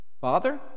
Father